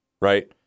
right